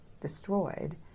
destroyed